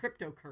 cryptocurrency